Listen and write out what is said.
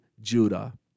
Judah